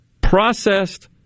processed